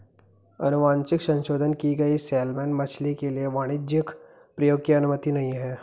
अनुवांशिक संशोधन की गई सैलमन मछली के लिए वाणिज्यिक प्रयोग की अनुमति नहीं है